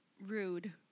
Rude